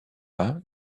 pas